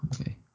okay